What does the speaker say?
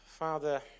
Father